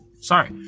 Sorry